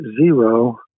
zero